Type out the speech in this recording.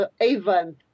event